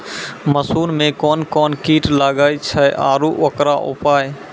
मसूर मे कोन कोन कीट लागेय छैय आरु उकरो उपाय?